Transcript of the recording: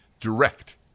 direct